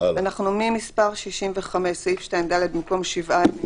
אנחנו ממספר 65. סעיף 2(ד) במקום: "7 ימים",